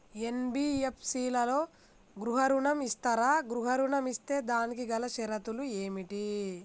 NBFC లలో గృహ ఋణం ఇస్తరా? గృహ ఋణం ఇస్తే దానికి గల షరతులు ఏమిటి?